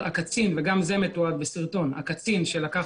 אבל הקצין וגם זה מתועד בסרטון שלקח